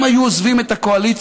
הם היו עוזבים את הקואליציה?